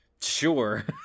sure